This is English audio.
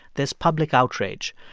there's public outrage.